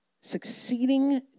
succeeding